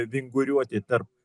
vinguriuoti tarp